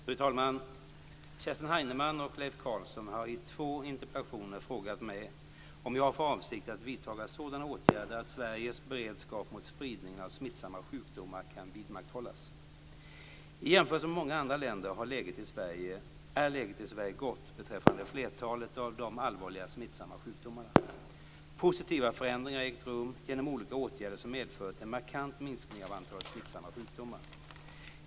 Fru talman! Kerstin Heinemann och Leif Carlson har i två interpellationer frågat mig om jag har för avsikt att vidta sådana åtgärder att Sveriges beredskap mot spridningen av smittsamma sjukdomar kan vidmakthållas. I jämförelse med många andra länder är läget i Sverige gott beträffande flertalet av de allvarliga smittsamma sjukdomarna. Positiva förändringar har ägt rum genom olika åtgärder som medfört en markant minskning av antalet smittsamma sjukdomar.